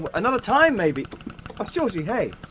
and another time maybe georgie, hey!